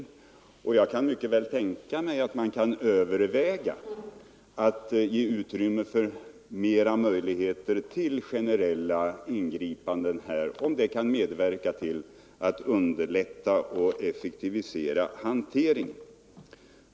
Jag kan emellertid mycket väl tänka mig att överväga att ge utrymme för större möjligheter till generella ingripanden, om detta medverkar till att underlätta och effektivisera hanteringen.